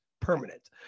permanent